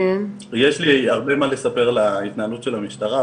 יש לי הרבה מה לספר על ההתנהלות של המשטרה,